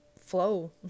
flow